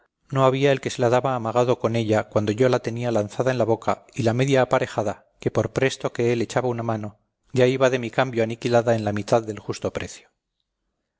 no había el que se la daba amagado con ella cuando yo la tenía lanzada en la boca y la media aparejada que por presto que él echaba la mano ya iba de mi cambio aniquilada en la mitad del justo precio